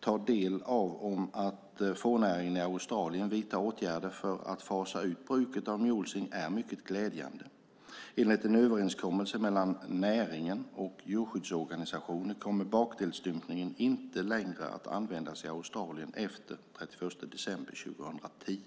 ta del av om att fårnäringen i Australien vidtar åtgärder för att fasa ut bruket av mulesing är mycket glädjande. Enligt en överenskommelse mellan näringen och djurskyddsorganisationer kommer bakdelsstympningen inte längre att användas i Australien efter den 31 december 2010.